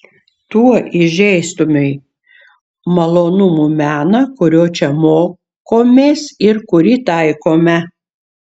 tuo įžeistumei malonumų meną kurio čia mokomės ir kurį taikome